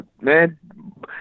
Man